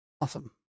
Awesome